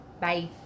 Bye